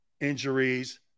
injuries